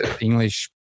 English